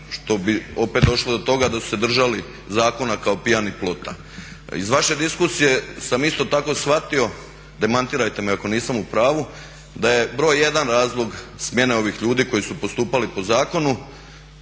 što bi opet došlo do toga da su se držali zakona kao pijani plota. Iz vaše diskusije sam isto tako shvatio, demantirajte me ako nisam upravu, da je broj jedan razlog smjene ovih ljudi koji su postupali po zakonu